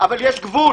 אבל יש גבול